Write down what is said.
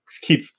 keep